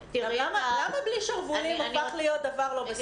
למה בלי שרוולים הפך להיות לא בסדר?